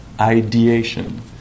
ideation